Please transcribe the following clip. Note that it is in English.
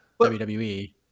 WWE